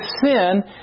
sin